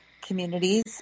communities